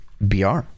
br